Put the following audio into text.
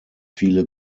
viele